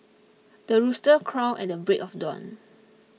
the rooster crow at the break of dawn